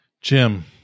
Jim